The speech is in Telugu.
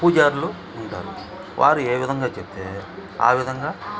పూజార్లు ఉంటారు వారు ఏ విధంగా చెప్తే ఆ విధంగా